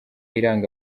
iranga